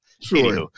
Sure